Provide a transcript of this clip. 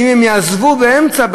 שאם הן יעזבו באמצע,